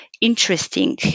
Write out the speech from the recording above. interesting